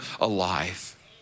alive